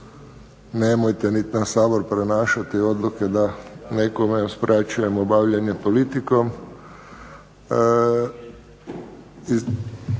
Nemojte niti na Sabor prenašati odluke da nekome uskraćujemo bavljenje politikom.